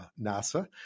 NASA